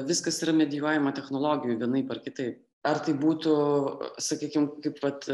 viskas yra medijuojama technologijų vienaip ar kitaip ar tai būtų sakykim kaip vat